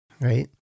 right